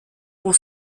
pour